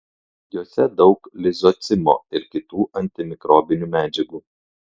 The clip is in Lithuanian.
jose daug lizocimo ir kitų antimikrobinių medžiagų